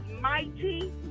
mighty